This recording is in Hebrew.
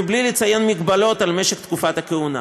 בלי לציין מגבלות על משך תקופת הכהונה.